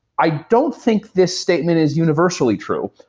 i don't think this statement is universally true.